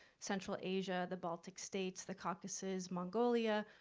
central asia, the baltic states, the caucasus, mongolia,